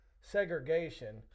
segregation